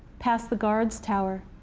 past the guard's tower,